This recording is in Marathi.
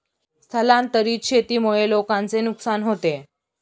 स्थलांतरित शेतीमुळे लोकांचे नुकसान होते